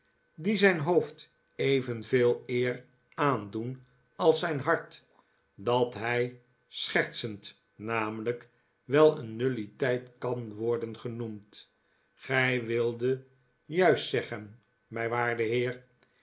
die zijn hoofd evenveel eer aandoen als zijn hart dat hij schertsend namelijk wel een nulliteit kan worden genoemd gij wildet juist zeggen mijn waarde heer